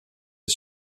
est